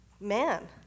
man